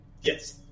Yes